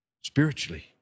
Spiritually